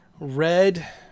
Red